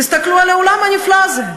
תסתכלו על העולם הנפלא הזה,